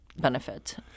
benefit